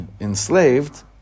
enslaved